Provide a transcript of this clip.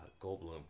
Goldblum